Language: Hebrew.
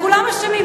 כולם אשמים,